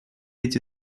эти